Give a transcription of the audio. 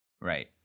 Right